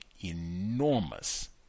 enormous